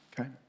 okay